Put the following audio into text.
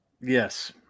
Yes